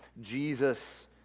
Jesus